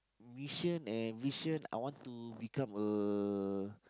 vision and mission I want to become a